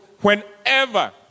whenever